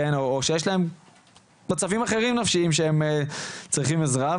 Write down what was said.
או שיש להם מצבים אחרים נפשיים שהם צריכים עזרה,